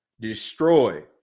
destroy